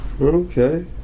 Okay